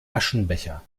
aschenbecher